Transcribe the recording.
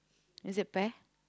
is it fair